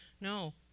No